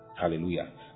Hallelujah